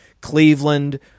Cleveland